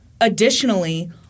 additionally